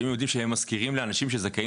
שאם הם יודעים שהם משכירים לאנשים שזכאים